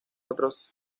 otros